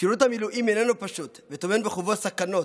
שירות המילואים איננו פשוט, וטומן בחובו סכנות.